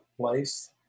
place